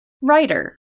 writer